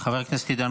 חבר הכנסת עידן